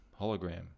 hologram